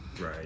Right